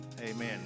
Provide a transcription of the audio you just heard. Amen